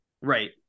right